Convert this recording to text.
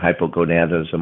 hypogonadism